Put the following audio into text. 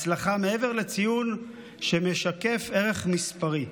הצלחה מעבר לציון שמשקף ערך מספרי,